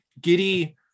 Giddy